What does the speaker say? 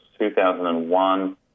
2001